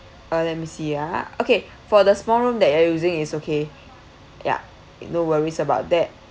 uh let me see a'ah okay for the small room that we're using is okay yeah no worries about that